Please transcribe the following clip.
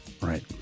Right